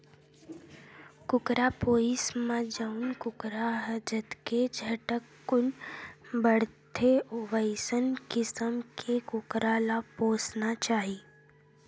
कुकरा पोसइ म जउन कुकरा ह जतके झटकुन बाड़थे वइसन किसम के कुकरा ल पोसना चाही